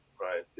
Right